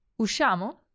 Usciamo